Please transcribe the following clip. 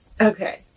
Okay